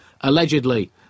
allegedly